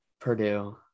Purdue